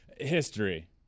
history